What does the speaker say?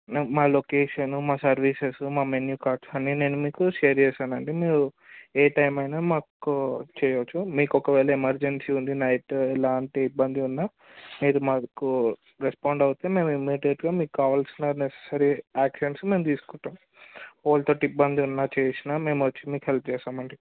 మా లొకేషన్ మా సర్వీసెస్ మా మెనూ కార్డ్స్ అన్ని మీకు నేను షేర్ చేసాను అండి మీరు ఏ టైమ్ అయిన మాకు చేయవచ్చు మీకు ఒకవేళ ఎమర్జెన్సీ ఉండినైట్ ఏలాంటి ఇబ్బంది ఉన్న మీరు మాకు రెస్పాండ్ అయితే మేము ఇమ్మీడియట్గా మీకు కావాల్సిన నెససరీ యాక్షన్స్ మేము తీసుకుంటాం ఎవరితో ఇబ్బంది ఉన్న చేసిన మేము వచ్చి మీకు హెల్ప్ చేస్తాం అండి